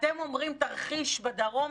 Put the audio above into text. אתם אומרים תרחיש בדרום,